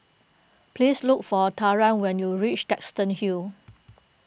please look for Talan when you reach Duxton Hill